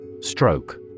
Stroke